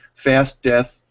fast death,